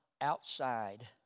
outside